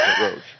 roads